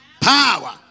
Power